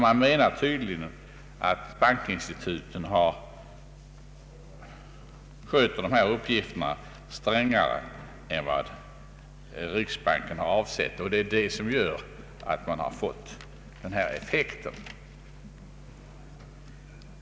Man anser tydligen att bankinstituten är hårdare än riksbanken avsett och att det är det som gör att man har fått den här effekten.